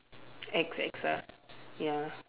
X X ah ya